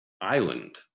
island